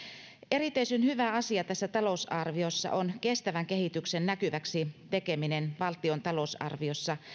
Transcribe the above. erityisen hyvä asia tässä talousarviossa on kestävän kehityksen näkyväksi tekeminen valtion talousarviossa